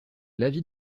l’avis